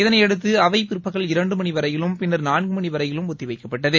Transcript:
இதனையடுத்து அவைபிற்பகல் இரண்டு மணிவரையிலும் பின்னர் நான்கு மணிவரையிலும் ஒத்திவைக்கப்பட்டது